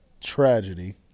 Tragedy